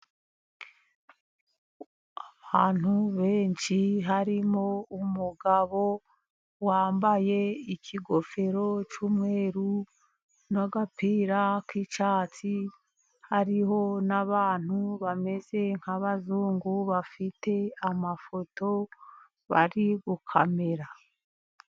Abantu benshi harimo umugabo wambaye ikigofero cy'umweru n'agapira k'icyatsi, hariho n'abantu bameze nk'abazungu bafite amafoto bari gukamera.